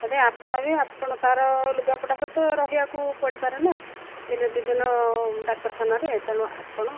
ଏବେ ଆପଣ ବି ଆପଣଙ୍କର ତାର ଲୁଗାପଟା ସହିତ ରହିବାକୁ ପଡ଼ିପାରେ ନା ଦିନେ ଦୁଇ ଦିନ ଡାକ୍ତରଖାନାରେ ତେଣୁ ଆପଣ